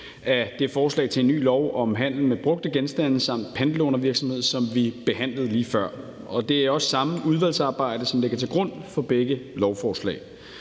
af det forslag til en ny lov om handel med brugte genstande samt pantelånervirksomhed, som vi behandlede lige før, og det er også det samme udvalgsarbejde, som ligger til grund for begge lovforslag.